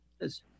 Yes